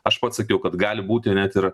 aš pats sakiau kad gali būti net ir